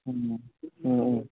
ꯎꯝ ꯑꯥ ꯑꯥ